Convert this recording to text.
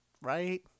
right